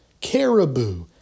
caribou